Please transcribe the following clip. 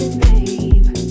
babe